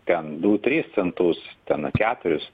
ten du tris centus ten a keturis